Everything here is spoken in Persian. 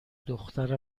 دختر